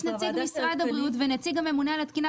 יש נציג משרד הבריאות ונציג הממונה על התקינה,